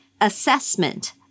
assessment